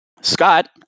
Scott